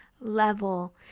level